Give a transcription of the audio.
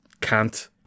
cant